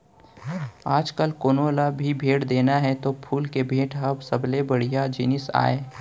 आजकाल कोनों ल भी भेंट देना हे त फूल के भेंट ह सबले बड़िहा जिनिस आय